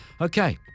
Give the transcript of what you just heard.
Okay